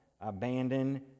abandon